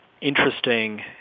interesting